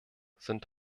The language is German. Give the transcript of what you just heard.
sind